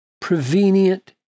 Prevenient